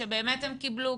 לדעת שבאמת הם קיבלו,